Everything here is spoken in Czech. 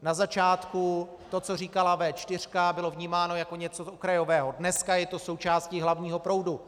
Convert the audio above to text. Na začátku to, co říkala V4, bylo vnímáno jako něco okrajového, dneska je to součástí hlavního proudu.